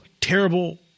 terrible